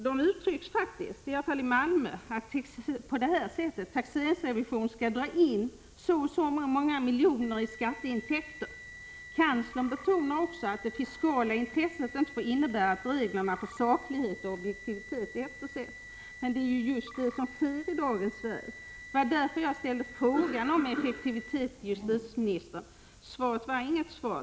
De uttrycks, i alla fall i Malmö, faktiskt på detta sätt: Taxeringsrevisionen skall dra in så och så många miljoner i skatteintäkter. Justitiekanslern betonar att det fiskala intresset inte får innebära att reglerna för saklighet och objektivitet eftersätts. Men det är just vad som sker i dagens Sverige. Det var därför som jag ställde frågan om effektivitet till justitieministern. Svaret var inget svar.